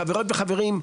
חברות וחברים,